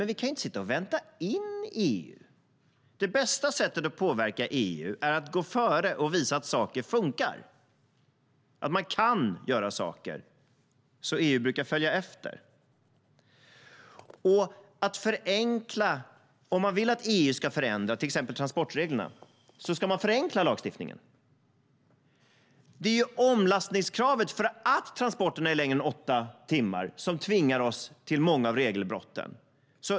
Men vi kan inte sitta och vänta in EU. Det bästa sättet att påverka EU är att gå före och visa att saker funkar, att det går att göra saker. EU brukar följa efter. Om vi vill att EU ska förändra till exempel transportreglerna ska lagstiftningen förenklas. Det är omlastningskravet för att transporterna är längre än åtta timmar som tvingar oss till många av regelbrotten.